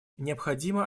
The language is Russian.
необходимо